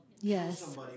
Yes